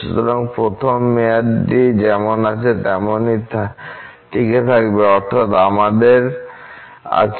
সুতরাং প্রথম মেয়াদটি যেমন আছে তেমনই টিকে থাকবে অর্থাৎ আমাদের আছে